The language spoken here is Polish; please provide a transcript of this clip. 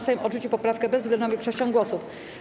Sejm odrzucił poprawkę bezwzględną większością głosów.